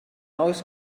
oes